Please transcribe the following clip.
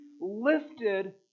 lifted